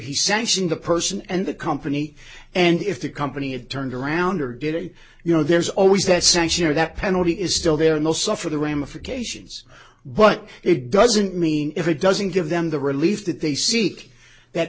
he sanctioned the person and the company and if the company turned around or did a you know there's always that sanction or that penalty is still there and they'll suffer the ramifications but it doesn't mean if it doesn't give them the relief that they seek that